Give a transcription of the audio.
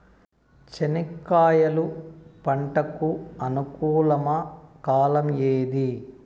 చెనక్కాయలు పంట కు అనుకూలమా కాలం ఏది?